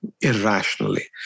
irrationally